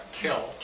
kill